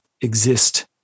exist